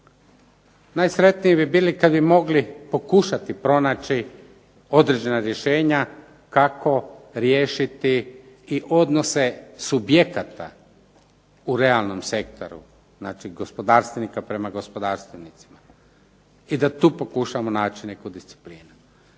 Najsretniji bi bili kada bi mogli pokušati pronaći određena rješenja kako riješiti i odnose subjekata u realnom sektoru, znači gospodarstvenika prema gospodarstvenicima i da tu pokušamo naći neku disciplinu.